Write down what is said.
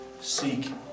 seek